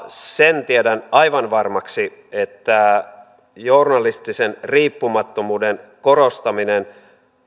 sen tiedän aivan varmaksi että journalistisen riippumattomuuden korostaminen